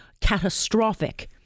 catastrophic